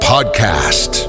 podcast